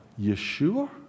Yeshua